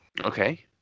Okay